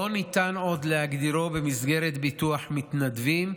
לא ניתן עוד להגדירו במסגרת ביטוח מתנדבים,